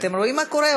אתם רואים מה קורה?